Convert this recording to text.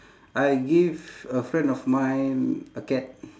I give a friend of mine a cat